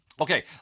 okay